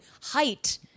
height